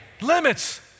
limits